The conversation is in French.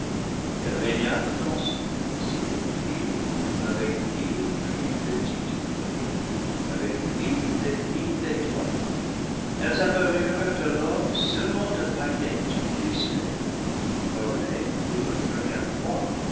elle ré gna dans son divisible empire avec mille plus petites lumières avec mille et mille étoiles elles apparurent alors semant de paillettes l'hémisphère qu'ornaient pour la première fois